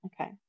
Okay